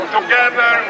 together